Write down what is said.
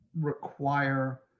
require